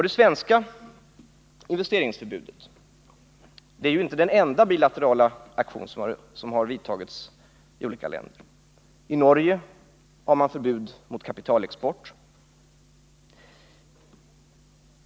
Det svenska investeringsförbudet är inte den enda bilaterala aktion som har genomförts. I Norge har man förbud mot kapitalexport till Sydafrika.